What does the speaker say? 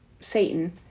Satan